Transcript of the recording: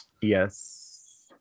Yes